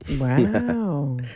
Wow